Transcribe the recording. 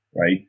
right